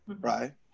right